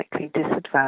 disadvantaged